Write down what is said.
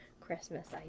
Christmas